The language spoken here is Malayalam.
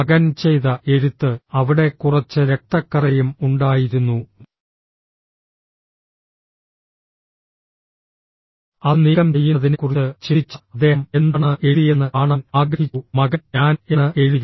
മകൻ ചെയ്ത എഴുത്ത് അവിടെ കുറച്ച് രക്തക്കറയും ഉണ്ടായിരുന്നു അത് നീക്കം ചെയ്യുന്നതിനെക്കുറിച്ച് ചിന്തിച്ച അദ്ദേഹം എന്താണ് എഴുതിയതെന്ന് കാണാൻ ആഗ്രഹിച്ചു മകൻ ഞാൻ എന്ന് എഴുതി